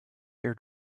ear